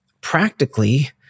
practically